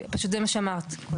פשוט זה מה שאמרת.